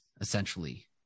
essentially